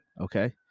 Okay